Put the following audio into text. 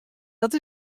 dat